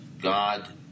god